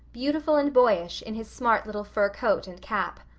beautiful and boyish, in his smart little fur coat and cap.